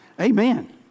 Amen